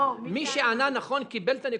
מי שענה נכון קיבל את הנקודה.